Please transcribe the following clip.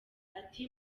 ati